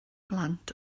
blant